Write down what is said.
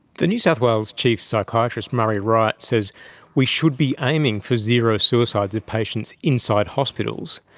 the new south wales chief psychiatrist murray wright says we should be aiming for zero suicides of patients inside hospitals.